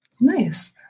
Nice